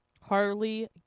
Harley